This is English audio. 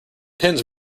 pins